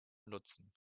nutzen